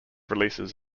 releases